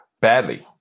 badly